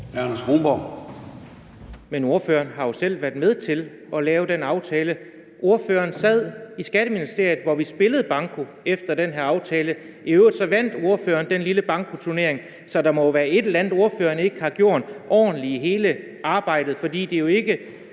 Men ordføreren har jo selv været med til at lave den aftale. Ordføreren sad i Skatteministeriet, hvor vi spillede banko efter den her aftale. I øvrigt vandt ordføreren den lille bankoturnering, så der må jo være et eller andet, ordføreren ikke har gjort ordentlig i arbejdet, for det er jo ikke